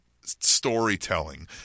storytelling